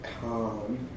calm